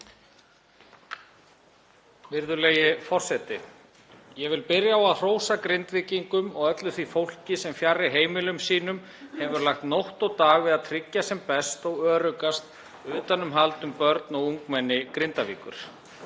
Virðulegi forseti. Ég vil byrja á að hrósa Grindvíkingum og öllu því fólki sem fjarri heimilum sínum hefur lagt nótt og dag við að tryggja sem best og öruggast utanumhald um börn og ungmenni Grindavíkur.